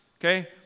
okay